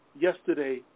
yesterday